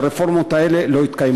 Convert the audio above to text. שהרפורמות האלה לא יתקיימו.